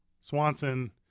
Swanson